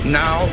now